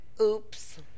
Oops